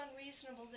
unreasonable